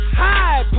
high